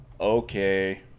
Okay